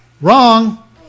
Wrong